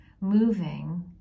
moving